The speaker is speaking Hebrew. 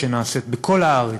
שנעשות בכל הארץ,